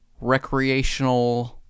recreational